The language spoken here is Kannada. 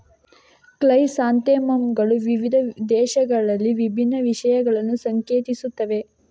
ಕ್ರೈಸಾಂಥೆಮಮ್ ಗಳು ವಿವಿಧ ದೇಶಗಳಲ್ಲಿ ವಿಭಿನ್ನ ವಿಷಯಗಳನ್ನು ಸಂಕೇತಿಸುತ್ತವೆ